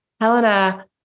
Helena